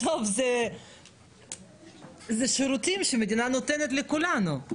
בסוף זה שירותים שהמדינה נותנת לכולנו.